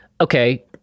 Okay